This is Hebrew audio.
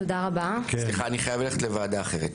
סליחה, אני חייב ללכת לוועדה אחרת.